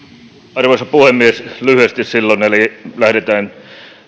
arvoisa puhemies lyhyesti silloin eli lähdetään